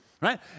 Right